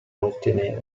ottenere